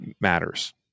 matters